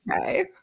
okay